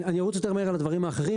אני ארוץ יותר מהר על הדברים האחרים.